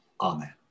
amen